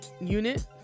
unit